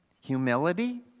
Humility